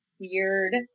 weird